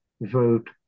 vote